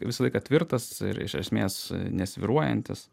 visą laiką tvirtas ir iš esmės nesvyruojantis